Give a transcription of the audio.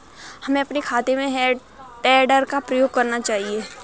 हमें अपने खेतों में हे टेडर का प्रयोग करना चाहिए